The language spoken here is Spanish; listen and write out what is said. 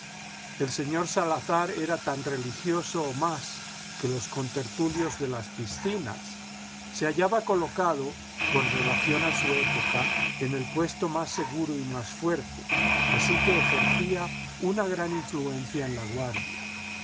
el señor salazar era tan religioso o más que los contertulios de las piscinas se hallaba colocado con relación a su época en el puesto más seguro y más fuerte así que ejercía una gran influencia en laguardia los